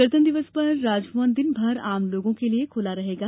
गणतंत्र दिवस पर राजभवन दिन भर आम लोगों के लिए खुला रहेगा